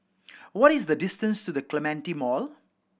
what is the distance to The Clementi Mall